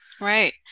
Right